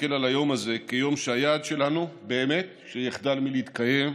שנסתכל על היום הזה כיום שהיעד שלנו הוא באמת שיחדל מלהתקיים,